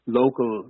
local